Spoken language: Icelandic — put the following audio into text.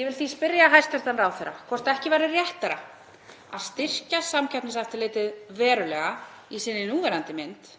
Ég vil því spyrja hæstv. ráðherra hvort ekki væri réttara að styrkja Samkeppniseftirlitið verulega í sinni núverandi mynd